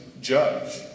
judge